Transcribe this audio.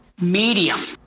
medium